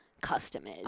customers